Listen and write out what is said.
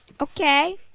Okay